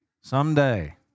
someday